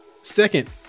Second